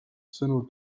sõnul